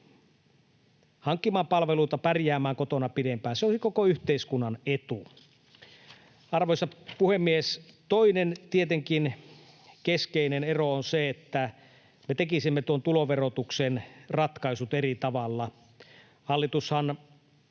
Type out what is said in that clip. hankkimaan palveluita, pärjäämään kotona pidempään. Se olisi koko yhteiskunnan etu. Arvoisa puhemies! Tietenkin toinen keskeinen ero on se, että me tekisimme tuloverotuksen ratkaisut eri tavalla. Hallitushan